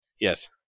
yes